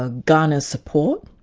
ah garner support,